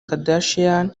kardashian